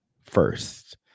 first